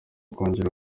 kongera